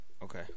Okay